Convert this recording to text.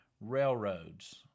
railroads